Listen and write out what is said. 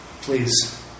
Please